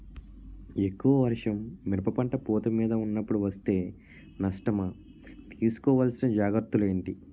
ఎక్కువ వర్షం మిరప పంట పూత మీద వున్నపుడు వేస్తే నష్టమా? తీస్కో వలసిన జాగ్రత్తలు ఏంటి?